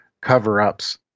cover-ups